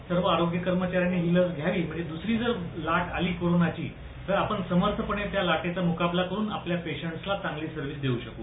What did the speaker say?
सर्व आरोग्य कर्मचाऱ्यांनी ही लस घ्यावी म्हणजे दसरी जर लाट आली कोरोनाची तर आपण समर्थपणे त्या लाटेचा मुकाबला करून आपल्या पेशंटस् ला चांगली सर्व्हिस देऊ शकतो